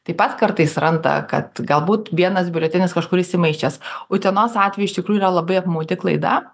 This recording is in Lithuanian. taip pat kartais randa kad galbūt vienas biuletenis kažkur įsimaišęs utenos atveju iš tikrųjų yra labai apmaudi klaida